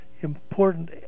important